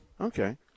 Okay